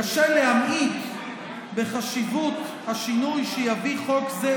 קשה להמעיט בחשיבות השינוי שיביא חוק זה,